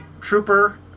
trooper